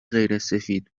غیرسفید